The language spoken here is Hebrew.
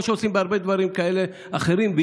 כמו שעושים בהרבה דברים אחרים כאלה,